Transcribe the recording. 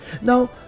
now